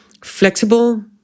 flexible